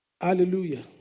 Hallelujah